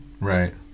Right